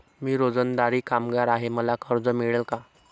मी रोजंदारी कामगार आहे मला कर्ज मिळेल का?